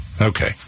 Okay